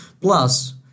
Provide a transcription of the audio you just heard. Plus